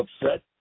upset